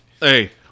Hey